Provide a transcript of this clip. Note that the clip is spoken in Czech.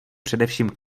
především